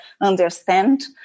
understand